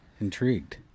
Intrigued